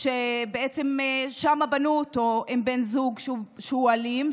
שבעצם בנו אותו עם בן זוג שהוא אלים,